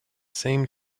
same